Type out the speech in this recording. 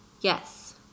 Yes